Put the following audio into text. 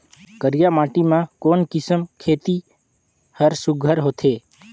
करिया माटी मा कोन किसम खेती हर सुघ्घर होथे?